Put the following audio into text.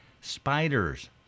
spiders